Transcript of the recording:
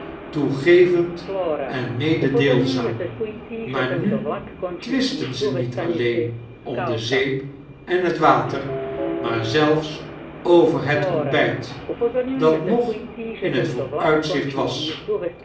toegevend en mededeelzaam maar nu twistten ze niet alleen om de zeep en het water maar zelfis over het ontbijt dat nog in het vooruitzicht was